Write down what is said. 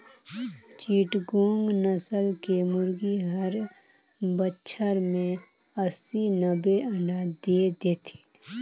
चिटगोंग नसल के मुरगी हर बच्छर में अस्सी, नब्बे अंडा दे देथे